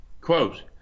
Quote